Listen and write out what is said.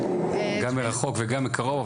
גם מרחוק וגם מקרוב,